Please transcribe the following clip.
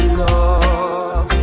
love